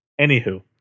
Anywho